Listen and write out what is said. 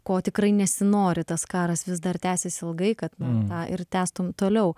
ko tikrai nesinori tas karas vis dar tęsis ilgai kad na ir tęstum toliau